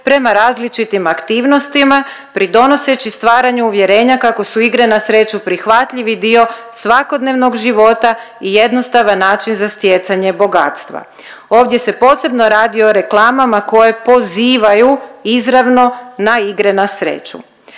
prema različitim aktivnostima pridonoseći stvaranju uvjerenja kako su igre na sreću prihvatljivi dio svakodnevnog života i jednostavan način za stjecanje bogatstva. Ovdje se posebno radi o reklamama koje pozivaju izravno na igre na sreću.